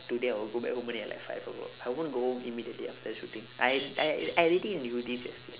today I will go back home only like five o'clock I won't go home immediately after the shooting I I I already knew this yesterday